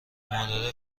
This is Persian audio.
مادر